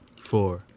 four